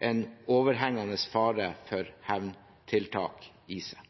en overhengende fare for hevntiltak i seg.